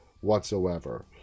whatsoever